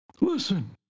Listen